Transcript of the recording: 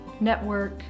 network